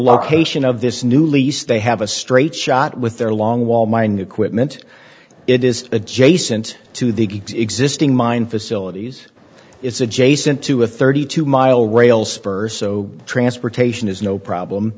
location of this new lease they have a straight shot with their long wall mining equipment it is adjacent to the existing mine facilities it's adjacent to a thirty two mile rails or so transportation is no problem